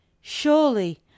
Surely